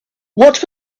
what